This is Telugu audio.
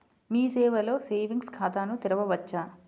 మీ సేవలో సేవింగ్స్ ఖాతాను తెరవవచ్చా?